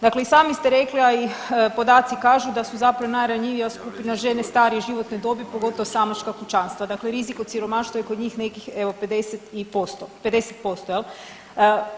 Dakle i sami ste rekli, a i podaci kažu da su zapravo najranjivija skupina žene starije životne dobi, pogotovo samačka kućanstva, dakle rizik od siromaštva je kod njih nekih evo, 50 i %, 50%, je li?